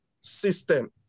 system